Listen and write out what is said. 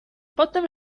potem